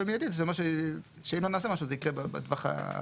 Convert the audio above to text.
ומיידית זה אומר שאם לא נעשה משהו זה יקרה בטווח המיידי,